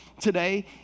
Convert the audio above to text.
today